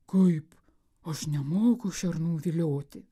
kaip aš nemoku šernų vilioti